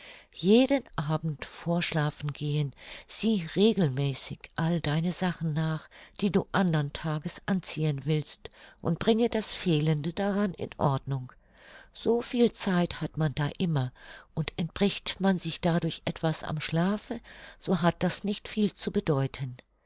jeden abend vor schlafengehen sieh regelmäßig all deine sachen nach die du andern tages anziehen willst und bringe das fehlende daran in ordnung so viel zeit hat man da immer und entbricht man sich dadurch etwas am schlafe so hat das nicht viel zu bedeuten